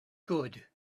good